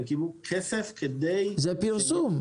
הם קיבלו כסף כדי --- זה פרסום,